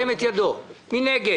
מי נגד?